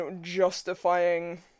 justifying